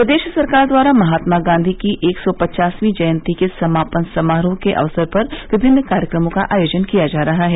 प्रदेश सरकार द्वारा महात्मा गांधी की एक सौ पचासवीं जयन्ती के समापन समारोह के अवसर पर विभिन्न कार्यक्रमों का आयोजन किया जा रहा है